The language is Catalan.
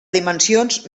dimensions